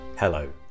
Hello